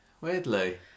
weirdly